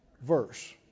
verse